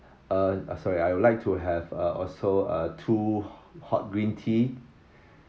uh sorry I would like to have uh also uh two hot green tea